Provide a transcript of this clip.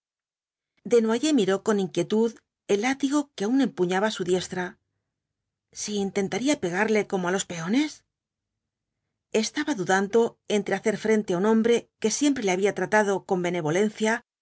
desnoyers miró con inquietud el látigo que aun empuñaba su diestra si intentaría pegarle como á los peones estaba dudando entre hacer frente á un hombre que siempre le había tratado con benevolencia